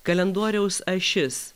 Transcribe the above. kalendoriaus ašis